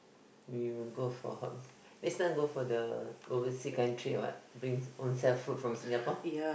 we will go for next time go for the oversea country what bring ownself food from Singapore